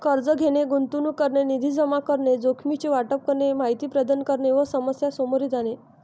कर्ज घेणे, गुंतवणूक करणे, निधी जमा करणे, जोखमीचे वाटप करणे, माहिती प्रदान करणे व समस्या सामोरे जाणे